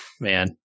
man